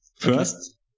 First